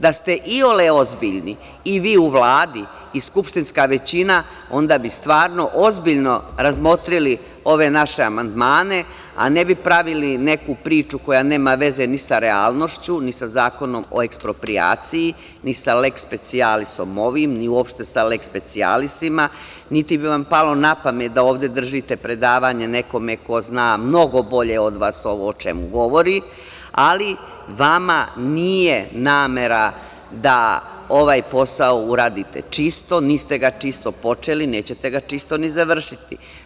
Da ste iole ozbiljni, i vi u Vladi i skupštinska većina, onda bi stvarno ozbiljno razmotrili ove naše amandmane, a ne bi pravili neku priču koja nema veze ni sa realnošću, ni sa Zakonom o eksproprijaciji, ni sa leks specijalisom ovim i uopšte sa leks specijalisom, niti bi vam palo napamet da ovde držite predavanje nekome ko zna mnogo bolje od vas ovo o čemu govori, ali vama nije namera da ovaj posao uradite čisto, niste ga čisto počeli, nećete ga čisto ni završiti.